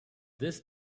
this